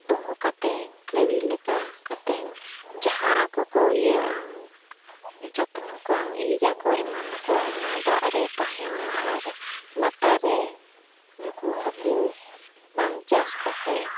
ᱫᱚᱦᱚ ᱠᱟᱛᱮᱫ ᱜᱟᱹᱨᱤ ᱞᱮᱠᱟ ᱠᱟᱛᱮᱢ ᱡᱟᱦᱟᱸ ᱟᱠᱚ ᱠᱚ ᱤᱭᱟᱹ ᱟᱢ ᱡᱚᱛᱱᱚ ᱠᱚᱣᱟᱢ ᱤᱡ ᱟᱠᱚ ᱮᱢᱟᱱ ᱟᱠᱚ ᱚᱱᱟ ᱫᱟᱜᱨᱮ ᱛᱟᱦᱮᱱᱟ ᱟᱨ ᱞᱟᱛᱟᱨ ᱨᱮ ᱩᱱᱠᱩ ᱦᱟᱹᱠᱩ ᱵᱟᱢ ᱪᱟᱥ ᱠᱟᱠᱚ